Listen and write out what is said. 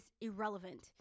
irrelevant